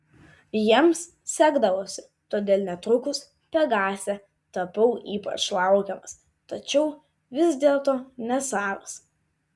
jiems sekdavosi todėl netrukus pegase tapau ypač laukiamas tačiau vis dėlto nesavas